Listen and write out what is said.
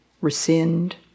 rescind